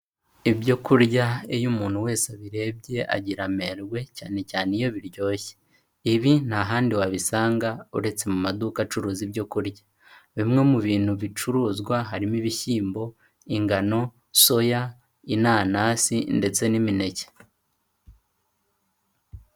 Ibyo kurya iyo umuntu wese abirebye agira amerwe cyane cyane iyo biryoshye, ibi nta handi wabisanga uretse mu maduka acuruza ibyo kurya. Bimwe mu bintu bicuruzwa harimo: Ibishyimbo, ingano, soya, inanasi ndetse n'imineke.